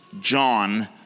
John